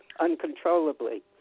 uncontrollably